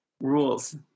rules